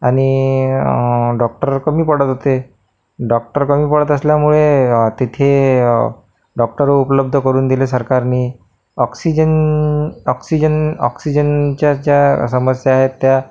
आणि डॉक्टर कमी पडत होते डॉक्टर कमी पडत असल्यामुळे तिथे डॉक्टर उपलब्ध करून दिले सरकारनी ऑक्सिजन ऑक्सिजन ऑक्सिजनच्या ज्या समस्या आहेत त्या